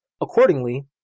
Accordingly